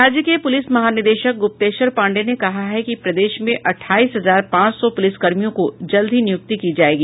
राज्य के पुलिस महानिदेशक गुप्तेश्वर पांडेय ने कहा है कि प्रदेश में अठाईस हजार पांच सौ पुलिसकर्मियों को जल्द ही नियुक्ति की जायेगी